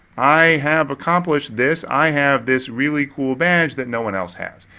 i have accomplished this. i have this really cool badge that no one else has.